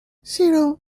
zero